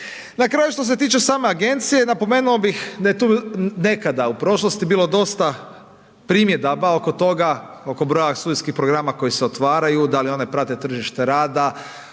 Na kraju što se tiče same agencije napomenuo bih da je tu nekada u prošlosti bilo dosta primjedaba oko toga, oko broja studentskih programa koji se otvaraju, da li one prate tržište rada,